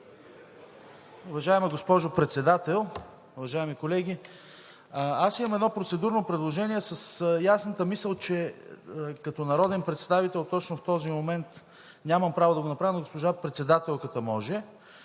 Уважаема госпожо Председател, уважаеми колеги! Аз имам едно процедурно предложение с ясната мисъл, че като народен представител точно в този момент нямам право да го направя, но госпожа председателката може.